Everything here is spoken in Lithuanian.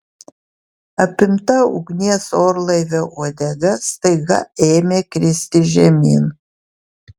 apimta ugnies orlaivio uodega staiga ėmė kristi žemyn